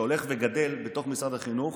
שהולך וגדל בתוך משרד החינוך,